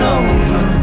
over